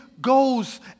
goes